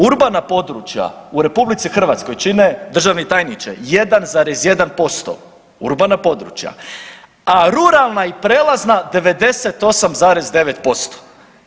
Urbana područja u RH čine državni tajniče 1,1% urbana područja, a ruralna i prelazna 98,9%